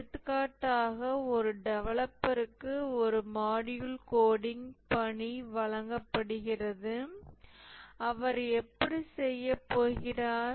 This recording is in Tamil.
எடுத்துக்காட்டாக ஒரு டெவலப்பருக்கு ஒரு மாடியூல் கோடிங் பணி வழங்கப்படுகிறது அவர் எப்படிப் செய்ய போகிறார்